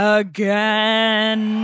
again